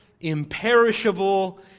imperishable